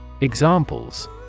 Examples